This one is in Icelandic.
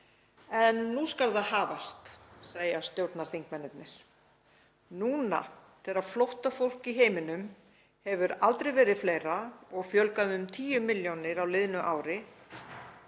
en nú skal það hafast, segja stjórnarþingmennirnir — núna þegar flóttafólk í heiminum hefur aldrei verið fleira, fjölgaði um 10 milljónir á liðnu ári,